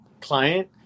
client